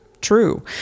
true